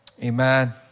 Amen